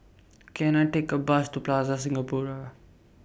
Can I Take A Bus to Plaza Singapura